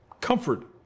Comfort